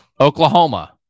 Oklahoma